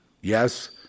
Yes